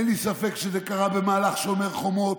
אין לי ספק שזה קרה במהלך שומר החומות,